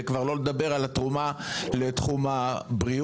וכבר לא לדבר על התרומה לתחום הבריאות,